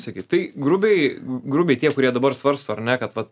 sakyt tai grubiai grubiai tie kurie dabar svarsto ar ne kad vat